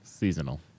seasonal